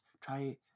try